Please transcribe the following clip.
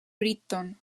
brighton